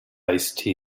ice